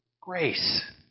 grace